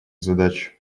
задачи